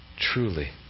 truly